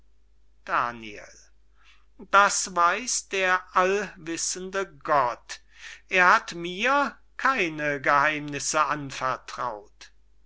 daniel das weiß der allwissende gott er hat mir keine geheimnisse anvertraut